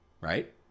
Right